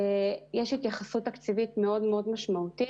יש התייחסות תקציבית מאוד-מאוד משמעותית.